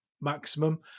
maximum